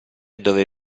dove